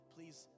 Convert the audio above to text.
Please